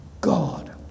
God